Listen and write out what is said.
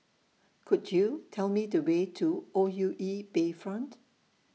Could YOU Tell Me The Way to O U E Bayfront